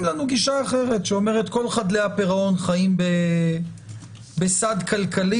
לנו גישה אחרת שאומרת שכל חדלי הפירעון חיים בסד כלכלי,